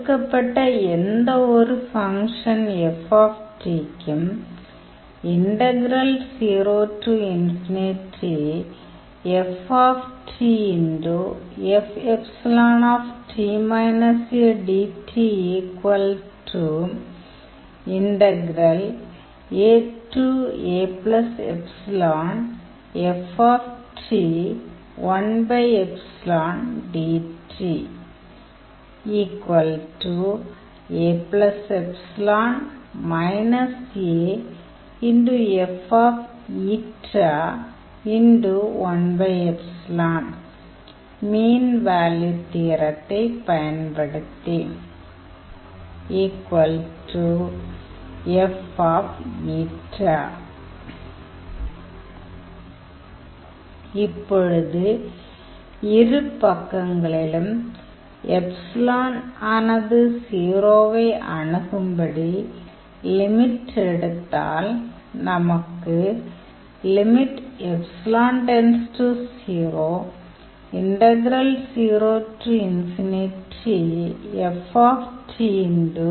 கொடுக்கப்பட்ட எந்தவொரு function ft க்கும் மீன் வேல்யூ தியோரத்தைப் பயன்படுத்தி இப்பொழுது இருபக்கங்களிலும் ஆனது 0 வை அணுகும்படி லிமிட் எடுத்தால் நமக்கு என கிடைக்கும்